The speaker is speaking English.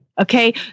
Okay